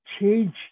change